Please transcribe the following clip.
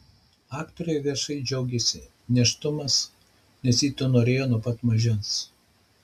aktorė viešai džiaugiasi nėštumas nes to ji norėjo nuo pat mažumės